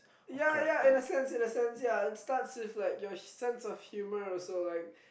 ya ya in a sense in a sense ya it starts with like your sense of humor it's like